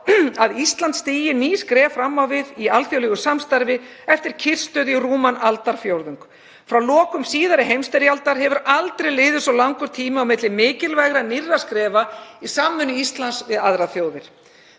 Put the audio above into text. að Ísland stígi ný skref fram á við í alþjóðlegu samstarfi eftir kyrrstöðu í rúman aldarfjórðung. Frá lokum síðari heimsstyrjaldar hefur aldrei liðið svo langur tími á milli mikilvægra nýrra skrefa í samvinnu Íslands við aðrar þjóðir.